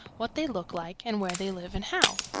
what they look like and where they live and how.